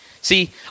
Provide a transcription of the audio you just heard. See